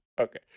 Okay